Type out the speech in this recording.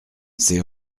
c’est